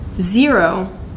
zero